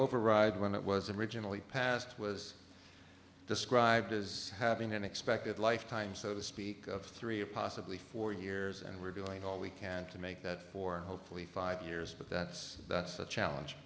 override when it was originally passed was described as having an expected lifetime so to speak of three a possibly four years and we're doing all we can to make that for hopefully five years but that's that's a challenge